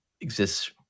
exists